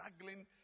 struggling